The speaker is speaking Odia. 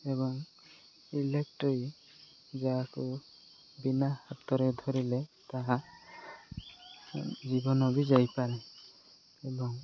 ଏବଂ ଇଲେକ୍ଟ୍ରି ଯାହାକୁ ବିନା ହାତରେ ଧରିଲେ ତାହା ଜୀବନ ବି ଯାଇପାରେ ଏବଂ